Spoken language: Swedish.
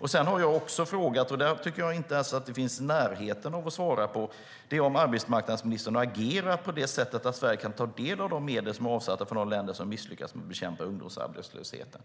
Jag har också frågat - och där tycker jag inte ens att det finns i närheten av ett svar - om arbetsmarknadsministern har agerat på ett sätt så att Sverige kan ta del av de medel som är avsatta för de länder som misslyckats med att bekämpa ungdomsarbetslösheten.